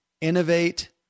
innovate